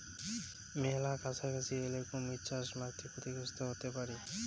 মেলা কাছাকাছি এলে কুমীর চাস মান্সী ক্ষতিগ্রস্ত হতে পারি